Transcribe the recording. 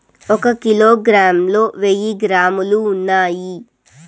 ఒక కిలోగ్రామ్ లో వెయ్యి గ్రాములు ఉన్నాయి